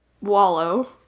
Wallow